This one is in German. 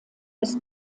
ist